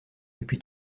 depuis